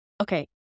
okay